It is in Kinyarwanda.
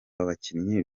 bakinnyi